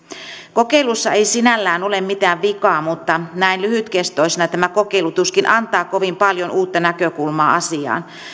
kokeilussa ei sinällään ole mitään vikaa mutta näin lyhytkestoisena tämä kokeilu tuskin antaa kovin paljon uutta näkökulmaa asiaan